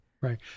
Right